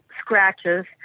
scratches